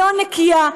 לא נקייה.